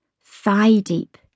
Thigh-deep